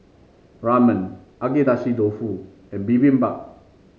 Ramen Agedashi Dofu and Bibimbap